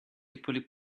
equally